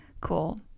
cool